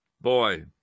boy